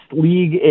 league